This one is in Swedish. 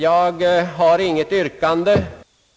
Jag har inget yrkande.